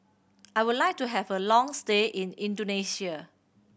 I would like to have a long stay in Indonesia